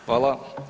Hvala.